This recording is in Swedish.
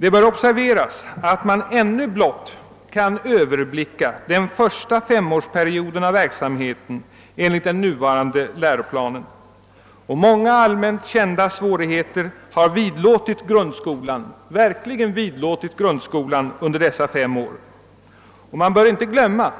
Det bör observeras att man ännu blott kan överblicka den första femårsperioden av verksamheten enligt den nuvarande läroplanen, och många allmänt kända svårigheter har verkligen vidhäftat grundskolan under dessa fem år. Man bör inte glömma